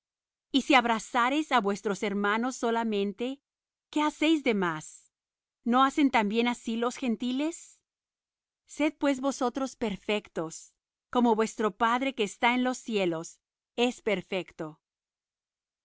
y si abrazareis á vuestros hermanos solamente qué hacéis de más no hacen también así los gentiles sed pues vosotros perfectos como vuestro padre que está en los cielos es perfecto